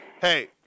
Hey